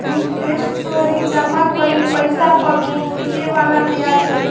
interest तोहरी जमा कईल पईसा पअ मिले वाला बियाज हवे